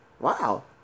Wow